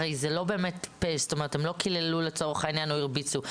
הרי הם לא קיללו לצורך העניין או הרביצו.